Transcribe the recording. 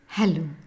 Hello